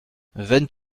vingt